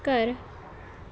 ਘਰ